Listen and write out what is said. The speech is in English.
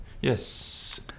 Yes